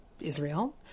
Israel